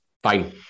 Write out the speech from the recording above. Fine